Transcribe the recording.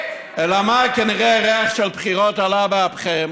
אלא מה, כנראה ריח של בחירות עלה באפכם